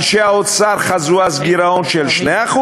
אנשי האוצר חזו אז גירעון של 2%,